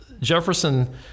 Jefferson